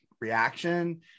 reaction